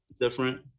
Different